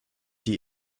die